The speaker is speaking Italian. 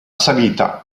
salita